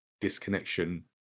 disconnection